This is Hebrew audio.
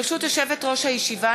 ברשות יושבת-ראש הישיבה,